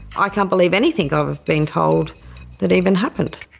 i can't believe anything i've been told that even happened.